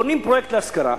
בונים פרויקט להשכרה,